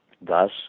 Thus